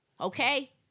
Okay